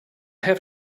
have